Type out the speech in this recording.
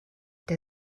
der